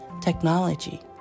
technology